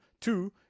two